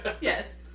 Yes